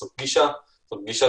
זו פגישת וידאו.